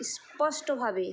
স্পষ্টভাবে